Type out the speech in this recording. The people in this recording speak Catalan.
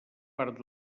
part